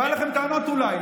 לא היו לכם טענות, אולי.